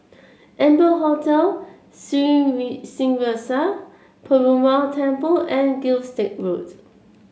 Amber Hotel Sri Srinivasa Perumal Temple and Gilstead Road